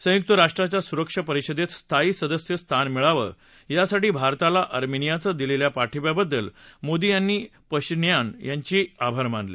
संयुक्त राष्ट्राच्या सुरक्षा परिषदेत स्थायी सदस्य स्थान मिळावं यासाठी भारताला अर्मेनियानं दिलेल्या पाठिब्याबद्दल मोदी यांनी पशीन्यान यांचे आभार मानले